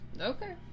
Okay